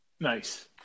nice